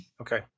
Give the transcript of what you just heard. Okay